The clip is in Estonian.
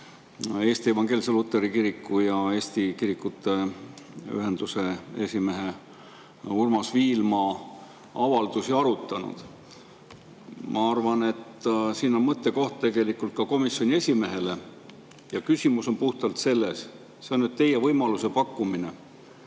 Eesti Evangeelse Luterliku Kiriku ja Eesti kirikute ühenduse esimehe Urmas Viilma avaldusi arutanud. Ma arvan, et siin on mõttekoht ka komisjoni esimehele. Küsimus on puhtalt selles. See on nüüd võimaluse pakkumine